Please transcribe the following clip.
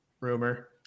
rumor